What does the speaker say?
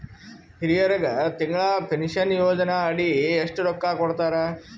ಹಿರಿಯರಗ ತಿಂಗಳ ಪೀನಷನಯೋಜನ ಅಡಿ ಎಷ್ಟ ರೊಕ್ಕ ಕೊಡತಾರ?